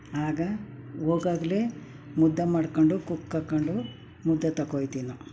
ಆಗ ಹೋಗಾಗ್ಲೇ ಮುದ್ದೆ ಮಾಡ್ಕೊಂಡು ಕುಕ್ಕಿ ಹಾಕೊಂಡು ಮುದ್ದೆ ತಗೊ ಹೋಗ್ತೀ ನಾ